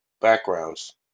backgrounds